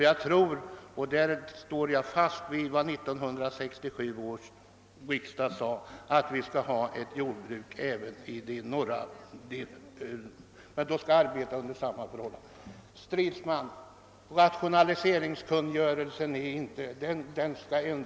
Jag tror nämligen — och därvidlag fasthåller jag vid vad 1967 års riksdag uttalade — att vi skall ha ett jordbruk även i norra delen av landet och att detta jordbruk skall arbeta under samma förhållanden som jordbruket i övriga delar av landet. Rationaliseringskungörelsen skall ändras, säger herr Stridsman.